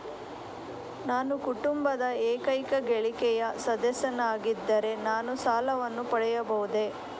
ನಾನು ಕುಟುಂಬದ ಏಕೈಕ ಗಳಿಕೆಯ ಸದಸ್ಯನಾಗಿದ್ದರೆ ನಾನು ಸಾಲವನ್ನು ಪಡೆಯಬಹುದೇ?